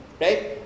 right